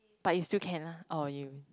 but you still can oh you